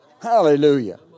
Hallelujah